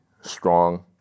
strong